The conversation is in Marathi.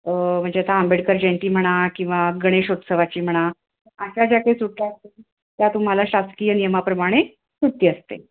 म्हणजे आता आंबेडकर जयंती म्हणा किंवा गणेशोत्सवाची म्हणा अशा ज्या काही सुट्ट्या असतात त्या तुम्हाला शासकीय नियमाप्रमाणे सुट्टी असते